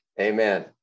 Amen